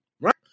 right